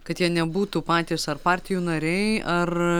kad jie nebūtų patys ar partijų nariai ar